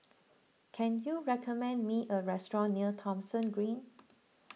can you recommend me a restaurant near Thomson Green